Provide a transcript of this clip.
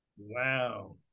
Wow